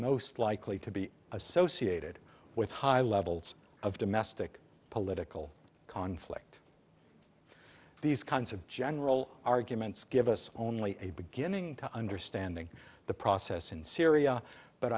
most likely to be associated with high levels of domestic political conflict these kinds of general arguments give us only a beginning to understanding the process in syria but